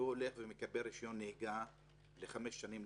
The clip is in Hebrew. הוא הולך ומקבל רישיון נהיגה לחמש שנים,